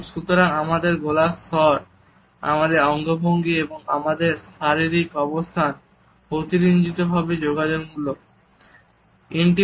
এবং সুতরাং আমাদের গলার স্বর আমাদের অঙ্গভঙ্গি এবং আমাদের শারীরিক অবস্থান অতিরঞ্জিতভাবে যোগাযোগমূলক থাকে